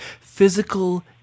physical